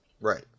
Right